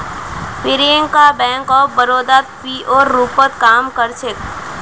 Priyanka bank of बड़ौदात पीओर रूपत काम कर छेक